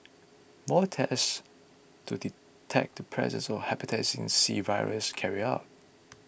more tests to detect the presence of Hepatitis C virus carried out